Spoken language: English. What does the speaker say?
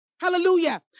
Hallelujah